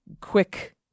quick